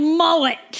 mullet